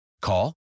Call